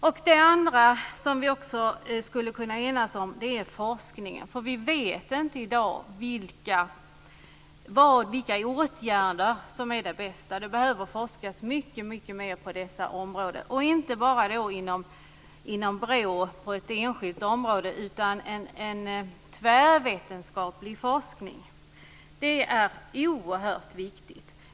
En annan sak som vi också skulle kunna enas om är behovet av forskning. I dag vet vi inte vilka åtgärder som är bäst. Man behöver forska mycket mer på dessa områden - inte bara på ett enskilt område inom BRÅ utan en tvärvetenskaplig forskning. Detta är oerhört viktigt.